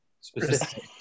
specific